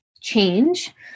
change